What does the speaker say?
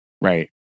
right